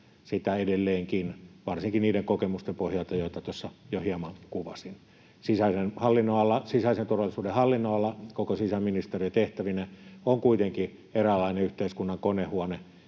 sitä edelleenkin, varsinkin niiden kokemusten pohjalta, joita tuossa jo hieman kuvasin. Sisäisen turvallisuuden hallinnonala koko sisäministeriön tehtävineen on kuitenkin eräänlainen yhteiskunnan konehuone,